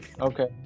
Okay